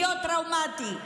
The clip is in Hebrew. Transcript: להיות טראומטי,